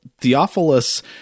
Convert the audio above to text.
Theophilus